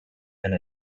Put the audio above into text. and